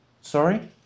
Sorry